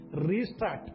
restart